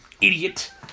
Idiot